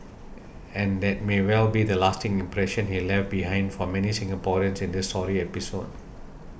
and that may well be the lasting impression he left behind for many Singaporeans in this sorry episode